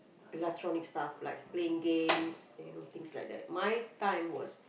electronic stuff like playing games you know things like that my time was